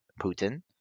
Putin